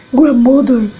grandmother